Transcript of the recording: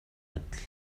адил